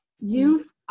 youth